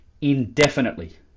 indefinitely